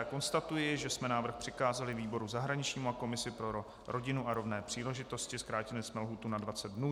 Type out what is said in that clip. Konstatuji, že jsme návrh přikázali výboru zahraničnímu a komisi pro rodinu a rovné příležitosti, zkrátili jsme lhůtu na 20 dnů.